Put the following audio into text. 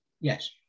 Yes